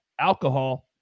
alcohol